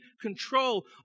control